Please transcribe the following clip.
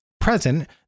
present